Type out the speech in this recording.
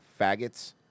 faggots